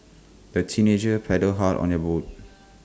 the teenagers paddled hard on their boat